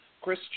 Chris